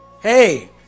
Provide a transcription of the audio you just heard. Hey